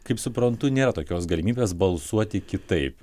kaip suprantu nėra tokios galimybės balsuoti kitaip